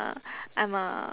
uh I'm a